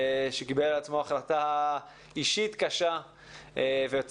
שקיבל על עצמו החלטה אישית קשה והצליח